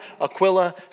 Aquila